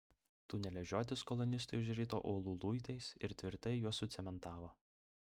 tunelio žiotis kolonistai užrito uolų luitais ir tvirtai juos sucementavo